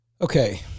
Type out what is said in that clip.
Okay